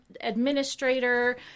administrator